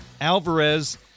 Alvarez